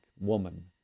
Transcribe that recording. woman